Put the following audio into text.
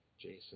Jason